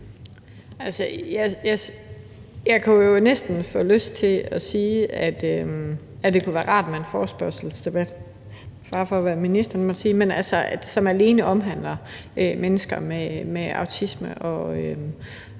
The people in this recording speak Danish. (S): Jeg kunne jo næsten få lyst til at sige, at det kunne være rart med en forespørgselsdebat – med fare for, hvad ministeren måtte sige – som alene omhandler mennesker med autisme og